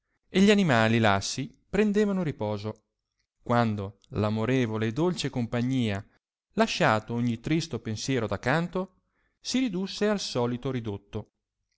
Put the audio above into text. e gli animali lassi prendevano riposo quando amorevole e dolce compagnia lasciato ogni tristo pensiero da canto si ridusse al solito ridotto